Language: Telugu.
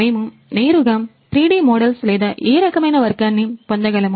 మేము నేరుగా 3D మోడల్స్ లేదా ఏ రకమైన వర్గాన్ని పొందగలము